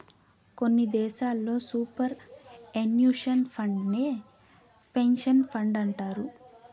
కొన్ని దేశాల్లో superannuation ఫండేనే పెన్సన్ ఫండంటారు